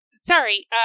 sorry